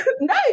No